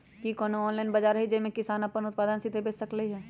कि कोनो ऑनलाइन बाजार हइ जे में किसान अपन उत्पादन सीधे बेच सकलई ह?